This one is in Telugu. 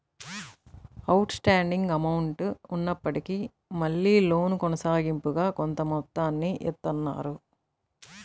అవుట్ స్టాండింగ్ అమౌంట్ ఉన్నప్పటికీ మళ్ళీ లోను కొనసాగింపుగా కొంత మొత్తాన్ని ఇత్తన్నారు